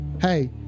Hey